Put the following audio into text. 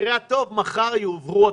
במקרה הטוב מחר יועברו התקנות.